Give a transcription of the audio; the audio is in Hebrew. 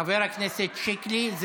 של חבר הכנסת שיקלי.